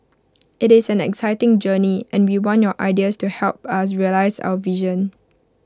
IT is an exciting journey and we want your ideas to help us realise our vision